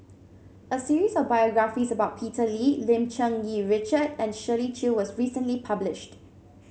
a series of biographies about Peter Lee Lim Cherng Yih Richard and Shirley Chew was recently published